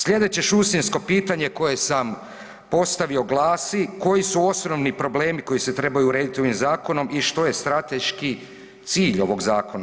Sljedeće šusinjsko pitanje koje sam postavio, glasi, koji su osnovni problemi koji se trebaju urediti ovim zakonom i što je strateški cilj ovog zakona.